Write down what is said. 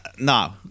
no